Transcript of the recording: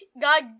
God